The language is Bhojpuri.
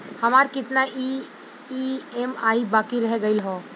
हमार कितना ई ई.एम.आई बाकी रह गइल हौ?